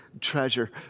treasure